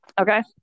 Okay